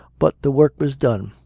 but the work was done,